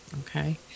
okay